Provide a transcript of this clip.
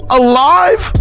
alive